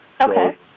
Okay